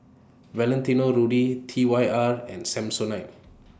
Valentino Rudy T Y R and Samsonite